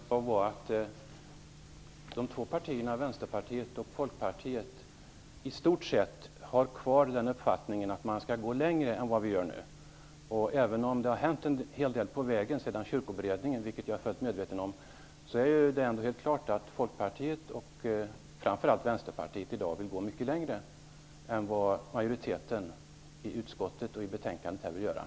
Herr talman! Får jag bara säga att de här två partierna, Folkpartiet och Vänsterpartiet, i stort sett har kvar uppfattningen att man skall gå längre än vad vi gör nu. Även om det har hänt en hel del på vägen efter Kyrkoberedningen, vilket jag är fullt medveten om, är det helt klart att Folkpartiet och framför allt Vänsterpartiet i dag vill gå mycket längre än vad majoriteten i utskottet vill göra i detta betänkande.